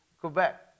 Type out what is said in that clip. Quebec